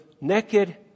naked